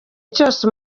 cyose